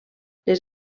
les